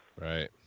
right